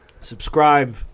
subscribe